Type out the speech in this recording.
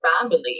family